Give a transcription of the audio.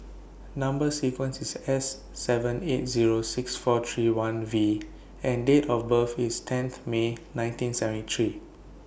Number sequence IS S seven eight Zero six four three one V and Date of birth IS tenth May nineteen seventy three